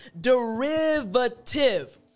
derivative